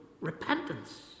Repentance